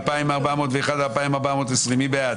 רוויזיה על הסתייגויות 2380-2361, מי בעד?